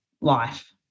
life